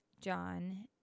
John